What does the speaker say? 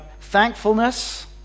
thankfulness